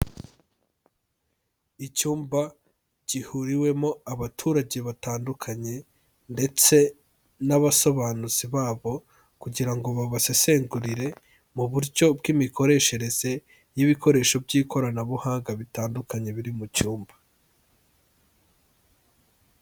Icyumba, gihuriwemo abaturage batandukanye. Ndetse, n'abasobanuzi babo. Kugira ngo babasesengurire, mu buryo bw'imikoreshereze, y'ibikoresho by'ikoranabuhanga bitandukanye biri mu cyumba.